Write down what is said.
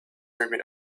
arabian